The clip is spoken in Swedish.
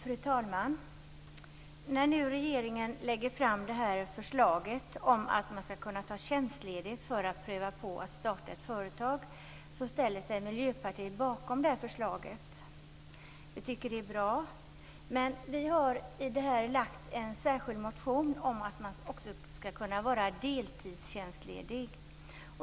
Fru talman! När regeringen lägger fram förslaget om att man skall kunna ta tjänstledigt för att pröva på att starta ett företag ställer sig Miljöpartiet bakom det. Vi tycker att det är bra. Vi har väckt en motion om att man också skall kunna vara deltidstjänstledig.